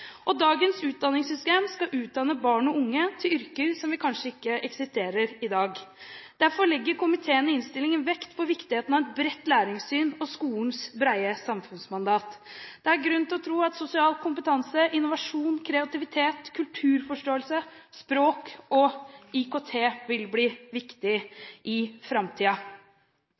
Dagens utdanningssystem skal utdanne barn og unge til yrker som kanskje ikke eksisterer i dag. Derfor legger komiteen i innstillingen vekt på viktigheten av et bredt læringssyn og på skolens brede samfunnsmandat. Det er grunn til å tro at sosial kompetanse, innovasjon, kreativitet, kulturforståelse, språk og IKT vil bli viktig i